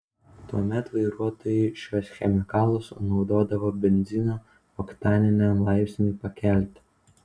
tuomet vairuotojai šiuos chemikalus naudodavo benzino oktaniniam laipsniui pakelti